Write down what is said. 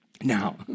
Now